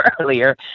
earlier